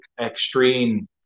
extreme